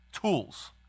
tools